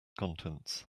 contents